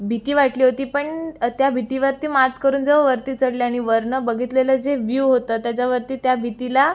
भीती वाटली होती पण त्या भीतीवरती मात करून जेव्हा वरती चढले आणि वरनं बघितलेलं जे व्यू होतं त्याच्यावरती त्या भीतीला